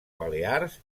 balears